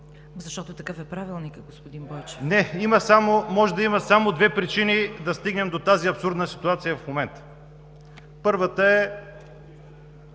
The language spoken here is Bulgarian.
Защото такъв е Правилникът, господин Бойчев. ЖЕЛЬО БОЙЧЕВ: Не, може да има само две причини да стигнем до тази абсурдна ситуация в момента. Първата е